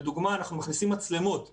לדוגמה, אנחנו מכניסים מצלמות פנימה,